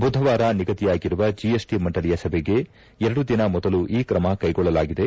ಬುಧವಾರ ನಿಗದಿಯಾಗಿರುವ ಜಿಎಸ್ಟಿ ಮಂಡಳಿಯ ಸಭೆಗೆ ಎರಡು ದಿನ ಮೊದಲು ಈ ಕ್ರಮ ಕೈಗೊಳ್ಳಲಾಗಿದೆ